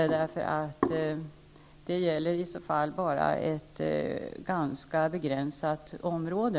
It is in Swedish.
I så fall blir det bara fråga om ett ganska begränsat område.